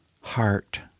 heart